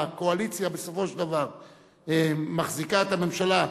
והקואליציה בסופו של דבר מחזיקה את הממשלה,